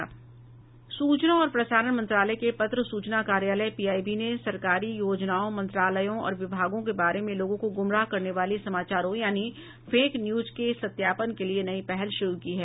सूचना और प्रसारण मंत्रालय के पत्र सूचना कार्यालय पीआईबी ने सरकारी योजनाओं मंत्रालयों और विभागों के बारे में लोगों को गुमराह करने वाले समाचारों यानि फेक न्यूज के सत्यापन के लिए नई पहल शुरू की है